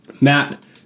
Matt